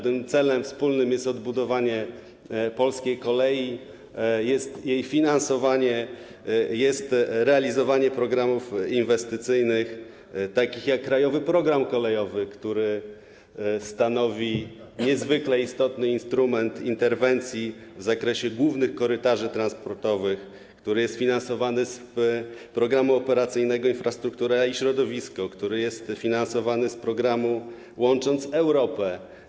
Tym celem wspólnym jest odbudowanie polskiej kolei, jest jej finansowanie, jest realizowanie programów inwestycyjnych takich jak „Krajowy program kolejowy”, który stanowi niezwykle istotny instrument interwencji w zakresie głównych korytarzy transportowych, który jest finansowany z Programu Operacyjnego „Infrastruktura i środowisko”, który jest finansowany z Programu „Łącząc Europę”